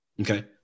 Okay